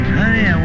honey